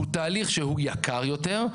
הוא תהליך שהוא יקר יותר,